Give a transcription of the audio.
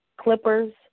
clippers